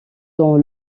dans